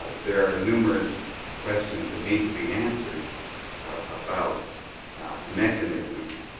ah there are numerous questions that need to be answered about mechanisms.